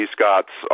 Scott's